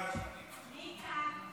סעיף 1